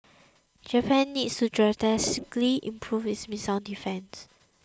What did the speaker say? Japan needs to drastically improve its missile defence